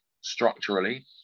structurally